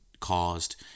caused